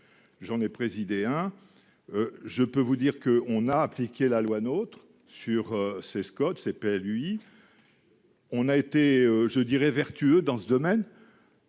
j'en ai présidé hein. Je peux vous dire que on a appliqué la loi notre sur ces Scott c'est pas lui. On a été, je dirais vertueux dans ce domaine.